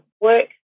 work